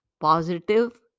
positive